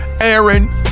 Aaron